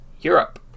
Europe